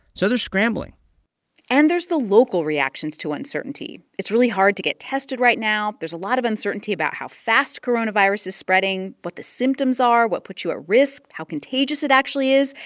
so they're scrambling and there's the local reactions to uncertainty. it's really hard to get tested right now. there's a lot of uncertainty about how fast coronavirus is spreading, what the symptoms are, what puts you at risk, how contagious it actually is,